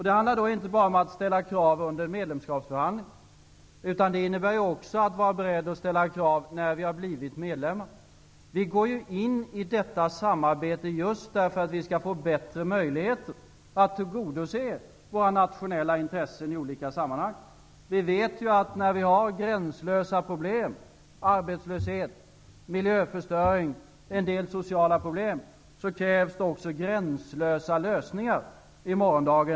Det handlar inte bara om att ställa krav under medlemskapsförhandlingarna. Vi måste också vara beredda att ställa krav när Sverige har blivit medlem. Vi går in i detta samarbete just för att vi skall få bättre möjligheter att tillgodose våra nationella intressen i olika sammanhang. Gränslösa problem -- arbetslöshet, miljöförstöring och en del sociala problem --, kräver gränslösa lösningar inför morgondagen.